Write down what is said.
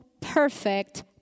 perfect